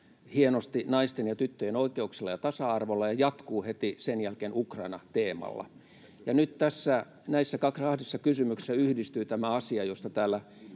hienosti naisten ja tyttöjen oikeuksilla ja tasa-arvolla ja jatkuu heti sen jälkeen Ukraina-teemalla. Nyt näissä kahdessa kysymyksessä yhdistyy tämä asia, josta täällä